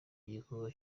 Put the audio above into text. igikorwa